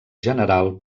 general